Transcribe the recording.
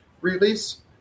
release